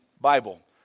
Bible